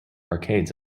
arcades